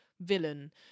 villain